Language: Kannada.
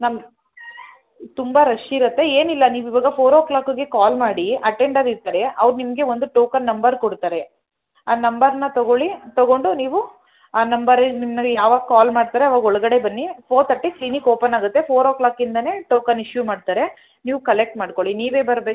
ನಮ್ಮ ತುಂಬ ರಶ್ ಇರುತ್ತೆ ಏನಿಲ್ಲ ನೀವು ಇವಾಗ ಫೋರ್ ಕ್ಲಾಕಗೆ ಕಾಲ್ ಮಾಡಿ ಅಟೆಂಡರ್ ಇರ್ತಾರೆ ಅವ್ರು ನಿಮಗೆ ಒಂದು ಟೋಕನ್ ನಂಬರ್ ಕೊಡ್ತಾರೆ ಆ ನಂಬರ್ನ ತೊಗೊಳ್ಳಿ ತೊಗೊಂಡು ನೀವು ಆ ನಂಬರ್ ನಿಮ್ಮನಲ್ಲಿ ಯಾವಾಗ ಕಾಲ್ ಮಾಡ್ತಾರೆ ಆವಾಗ ಒಳಗಡೆ ಬನ್ನಿ ಫೋರ್ ತರ್ಟಿಗೆ ಕ್ಲಿನಿಕ್ ಓಪನ್ ಆಗುತ್ತೆ ಫೋರ್ ಓ ಕ್ಲಾಕಿಂದಲೇ ಟೋಕನ್ ಇಶ್ಯೂ ಮಾಡ್ತಾರೆ ನೀವು ಕಲೆಕ್ಟ್ ಮಾಡ್ಕೊಳ್ಳಿ ನೀವೇ ಬರಬೇಕು